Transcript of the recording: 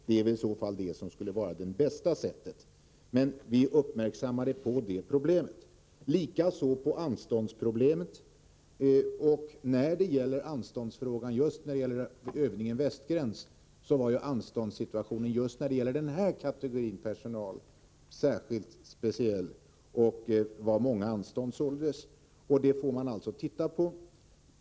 Det skulle väl vara det bästa sättet. Vi är alltså uppmärksamma på problemet. Detsamma gäller anståndsproblemet. I fråga om övningen Västgräns var anståndssituationen när det gäller denna personalkategori särskilt besvärlig. Det förekom många anstånd. Den saken får vi också titta på.